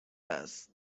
است